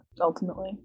ultimately